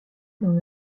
dans